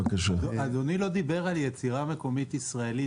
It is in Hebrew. אדוני לא דיבר על יצירה מקומית ישראלית